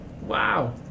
Wow